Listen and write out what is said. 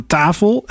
tafel